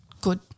Good